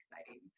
exciting